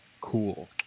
cool